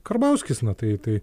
karbauskis na tai tai